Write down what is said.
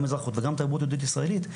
גם אזרחות וגם תרבות יהודית ישראלית,